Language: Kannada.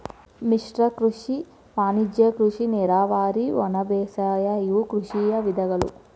ಮಿಶ್ರ ಕೃಷಿ ವಾಣಿಜ್ಯ ಕೃಷಿ ನೇರಾವರಿ ಒಣಬೇಸಾಯ ಇವು ಕೃಷಿಯ ವಿಧಗಳು